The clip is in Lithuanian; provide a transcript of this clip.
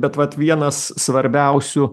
bet vat vienas svarbiausių